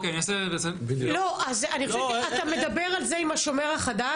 אתה מדבר על זה עם השומר החדש?